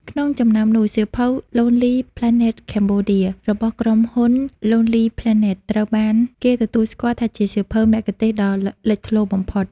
ក្នុងចំណោមនោះ សៀវភៅ “Lonely Planet Cambodia” របស់ក្រុមហ៊ុន Lonely Planet ត្រូវបានគេទទួលស្គាល់ថាជាសៀវភៅមគ្គុទ្ទេសក៍ដ៏លេចធ្លោបំផុត។